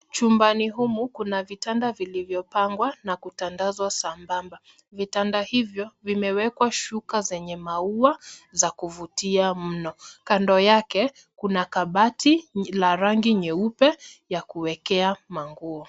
Chumbani humu kuna vitanda vilivyopangwa na kutandazwa sambamba vitanda hivyo vimewekwa shuka zenye maua za kuvutia mno kando yake kuna kabati ni la rangi nyeupe ya kuwekea manguo.